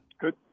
Good